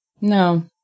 No